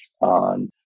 On